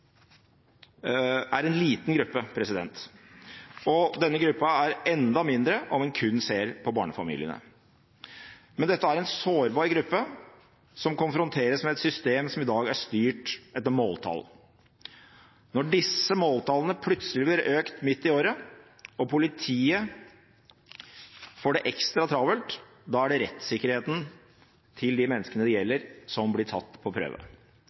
og denne gruppa er enda mindre om en kun ser på barnefamiliene. Men dette er en sårbar gruppe, som konfronteres med et system som i dag er styrt etter måltall. Når disse måltallene plutselig blir økt midt i året og politiet får det ekstra travelt, er det rettssikkerheten til de menneskene det gjelder, som blir satt på prøve.